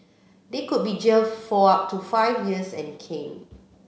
they could be jailed for up to five years and caned